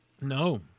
No